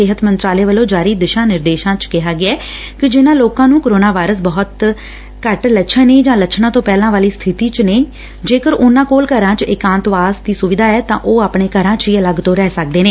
ਸਿਹਤ ਮੰਤਰਾਲੇ ਵੱਲੋਂ ਜਾਰੀ ਦਿਸ਼ਾ ਨਿਰਦੇਸ਼ਾਂ ਚ ਕਿਹਾ ਗਿਐ ਕਿ ਜਿਨੁਾਂ ਲੋਕਾਂ ਨੂੰ ਕੋਰੋਨਾ ਵਾਇਰਸ ਬਹੁਤ ਲੱਛਣ ਨੇ ਜਾਂ ਲੱਛਣਾ ਤੋ ਪਹਿਲਾ ਵਾਲੀ ਸਬਿਤੀ ਚ ਨੇ ਜੇਕਰ ਉਨਾ ਕੋਲ ਘਰਾ ਚ ਏਕਾਤਵਾਸ ਦੀ ਸੁਵਿਧਾ ਐ ਤਾ ਉਹ ਆਪਣੇ ਘਰ ਚ ਹੀ ਅਲੱਗ ਤੋਂ ਰਹਿ ਸਕਦੇ ਨੇ